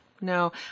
No